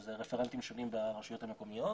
וזה רפרנטים שונים ברשויות המקומיות.